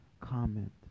comment